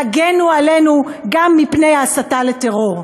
תגנו עלינו גם מפני הסתה לטרור.